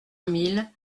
mille